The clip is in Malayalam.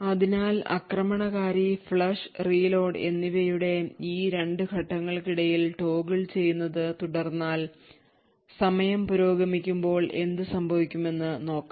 അതിനാൽ ആക്രമണകാരി ഫ്ലഷ് റീലോഡ് എന്നിവയുടെ ഈ 2 ഘട്ടങ്ങൾക്കിടയിൽ ടോഗിൾ ചെയ്യുന്നത് തുടർന്നാൽ സമയം പുരോഗമിക്കുമ്പോൾ എന്തുസംഭവിക്കുമെന്ന് നോക്കാം